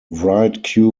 write